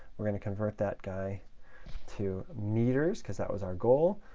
we're going to convert that guy to meters because that was our goal.